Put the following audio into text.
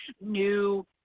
new